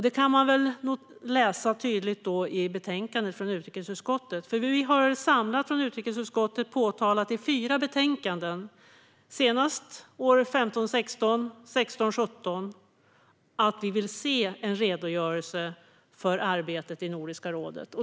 Det kan man läsa tydligt i betänkandet från utrikesutskottet. Vi har från utrikesutskottet samlat påtalat i fyra betänkanden, senast år 2015 17, att vi vill se en redogörelse för arbetet i Nordiska rådet.